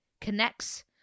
connects